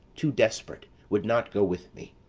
too desperate, would not go with me,